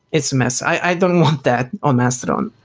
it's a mess. i don't want that on mastodon.